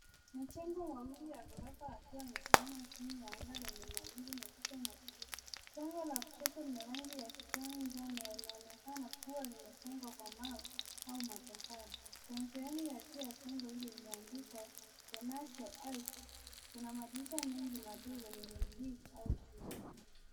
Majengo mawili ya ghorofa yakiwa yamesimama chini ya anga lenye mawingu meupe na bluu. Jengo la kushoto lina rangi ya kijani njano na linaonekana kuwa limejengwa kwa mawe au matofali. Kwenye sehemu ya juu ya jengo hilo limeandikwa, bonasta heights. Kuna madirisha mengi madogo yenye grili au chuma.